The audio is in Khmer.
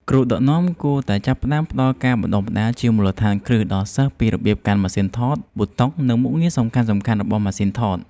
គ្រូដឹកនាំគួរតែចាប់ផ្ដើមផ្ដល់ការបណ្ដុះបណ្ដាលជាមូលដ្ឋានគ្រឹះដល់សិស្សពីរបៀបកាន់ម៉ាសុីនថត ប៊ូតុង និងមុខងារសំខាន់ៗរបស់ម៉ាសុីនថត។